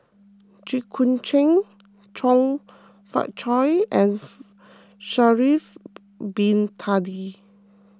Jit Koon Ch'ng Chong Fah Cheong and Sha'ari Bin Tadin